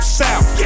south